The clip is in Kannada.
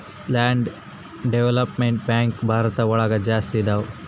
ಲ್ಯಾಂಡ್ ಡೆವಲಪ್ಮೆಂಟ್ ಬ್ಯಾಂಕ್ ಭಾರತ ಒಳಗ ಜಾಸ್ತಿ ಇದಾವ